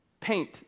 paint